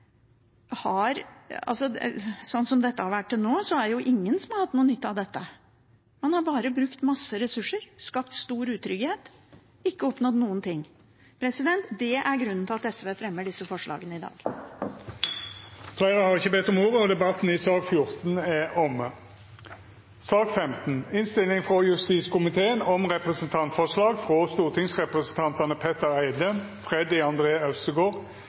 det jo ingen som har hatt noen nytte av det. Man har bare brukt masse ressurser, skapt stor utrygghet og ikke oppnådd noen ting. Det er grunnen til at SV fremmer disse forslagene i dag. Fleire har ikkje bedt om ordet til sak nr. 14. Etter ønske frå justiskomiteen vil presidenten ordna debatten